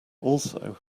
also